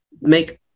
make